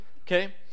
Okay